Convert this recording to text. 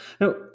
Now